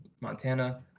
Montana